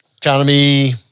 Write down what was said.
Economy